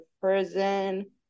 prison